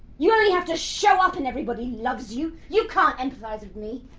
you only have to show up and everybody loves you! you can't empathise with me.